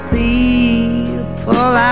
people